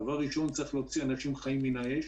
דבר ראשון צריך להוציא אנשים חיים מהאש,